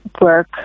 work